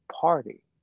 party